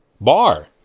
bar